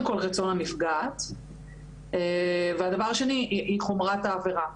כל רצון הנפגעת והדבר השני הוא חומרת העבירה.